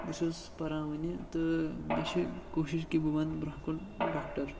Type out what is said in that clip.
بہٕ چھُس پَران وٕنہِ تہٕ مےٚ چھِ کوٗشِش کہِ بہٕ بَنہٕ بروںٛہہ کُن ڈاکٹر